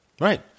Right